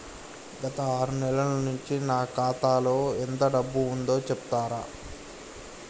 గత ఆరు నెలల నుంచి నా ఖాతా లో ఎంత డబ్బు ఉందో చెప్తరా?